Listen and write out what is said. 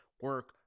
Work